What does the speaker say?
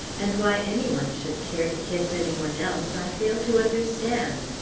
and why any one should care to kiss any one else, i fail to understand.